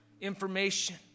information